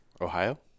Ohio